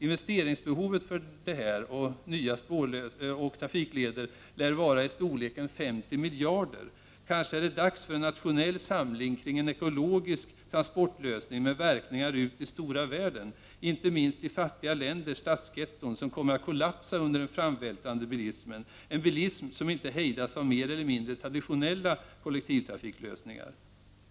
Investeringsbehovet för detta och nya trafikleder lär var i storleksordningen 50 miljarder kronor. Kanske är det dags för en nationell samling kring en ekologisk transportlösning med verkningar ut i stora världen, inte minst i fattiga länders stadsgetton, som kommer att kollapsa under den framvältrande bilismen — en bilism som inte hejdas av mer eller mindre traditionella kollektivtrafiklösningar.